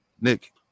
Nick